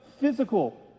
physical